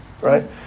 right